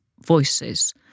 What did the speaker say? voices